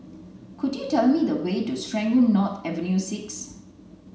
could you tell me the way to Serangoon North Avenue six